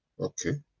Okay